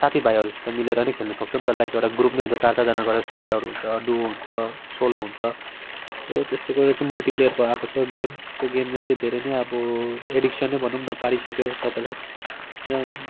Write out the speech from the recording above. साथीभाइहरूसँग मिलेर नि खेल्नु सक्छौँ नि त लाइक एउटा ग्रुप नै हुन्छ चार चारजना गरेर स्कावडहरू हुन्छ डु हुन्छ सोलो हुन्छ हो त्यस्तो गरेर चाहिँ मल्टी प्लेयरको आएको छ गेम त्यो गेमले चाहिँ धेरै नै अब एडिक्सन नै भनौँ न पारिसक्यो सबैलाई होइन